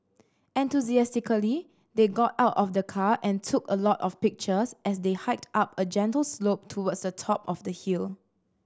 enthusiastically they got out of the car and took a lot of pictures as they hiked up a gentle slope towards the top of the hill